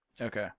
Okay